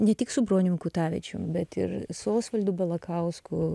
ne tik su broniumi kutavičiumi bet ir su osvaldu balakausku